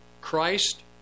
Christ